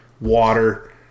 water